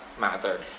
matter